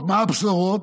הבשורות.